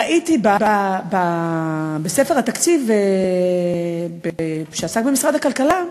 ראיתי בספר התקציב שעסק במשרד הכלכלה,